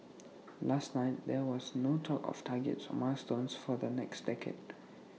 last night there was no talk of targets or milestones for the next decade